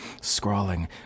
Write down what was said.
Scrawling